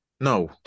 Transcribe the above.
No